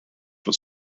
for